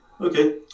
Okay